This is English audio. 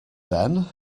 then